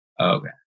Okay